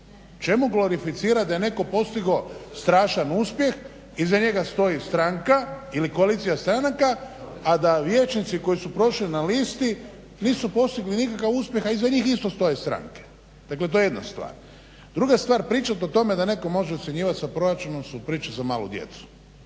čemu glorificirati da je netko postigao strašan uspjeh, iza njega stoji stranka, ili koalicija stranaka, a da vijećnici koji su prošli na listi nisu postigli nikakav uspjeh, a iza njih isto stoje stranke. Dakle to je jedna stvar. Druga stvar, pričati o tome da netko može ucjenjivati sa proračunom su priče za malu djecu.